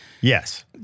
Yes